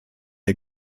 der